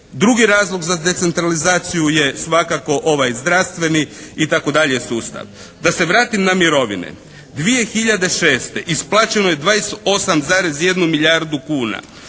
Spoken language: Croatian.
Drugi razlog za decentralizaciju je svakako ovaj zdravstveni i tako dalje sustav. Da se vratim na mirovine. 2006. isplaćeno je 28,1 milijardu kuna.